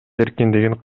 эркиндигин